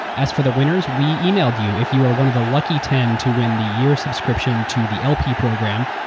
as for the winners, we emailed you if you are one of the lucky ten to win the year subscription to the lp program.